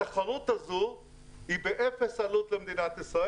התחרות הזאת היא באפס עלות למדינת ישראל.